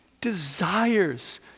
desires